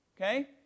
okay